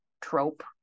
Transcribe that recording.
trope